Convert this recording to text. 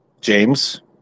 James